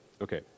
Okay